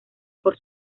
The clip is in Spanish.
por